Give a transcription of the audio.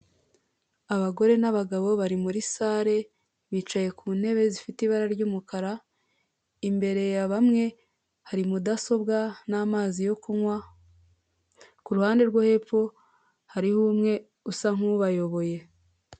Abagore n'abagabo bari muri sare bicaye ku ntebe zifite ibara ry'umukara imbere ya bamwe hari mudasobwa n'amazi yo kunywa, ku ruhande rwo hepfo hariho umwe usa nk'ubayoboye.